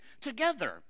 together